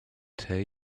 tell